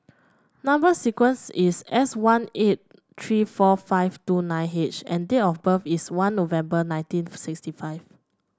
number sequence is S one eight three four five two nine H and date of birth is one November nineteen sixty five